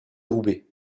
roubaix